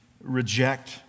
reject